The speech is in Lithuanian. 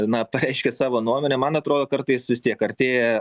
na pareiškęs savo nuomonę man atrodo kartais vis tiek artėja